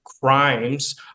crimes